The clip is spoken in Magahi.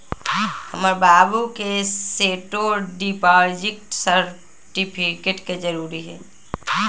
हमर बाबू के सेहो डिपॉजिट सर्टिफिकेट के जरूरी हइ